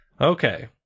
Okay